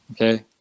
Okay